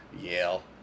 Yale